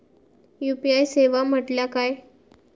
UPI सेवा म्हटल्या काय?